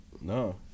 No